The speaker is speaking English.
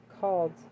called